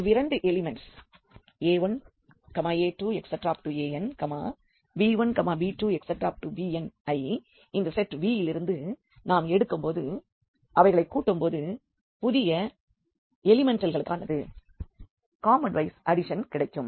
இவ்விரண்டு elements a1a2an b1b2bnஐ இந்த செட் V யிலிருந்து நாம் எடுக்கும் போது அவைகளைக் கூட்டும் போது புதிய எலிமெண்ட்ஸ்களானது காம்போனண்ட்வைஸ் அடிஷன் கிடைக்கும்